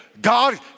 God